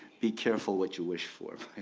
be careful what you wish for,